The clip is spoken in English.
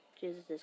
Jesus